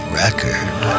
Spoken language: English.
record